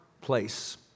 place